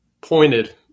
pointed